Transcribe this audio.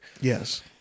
Yes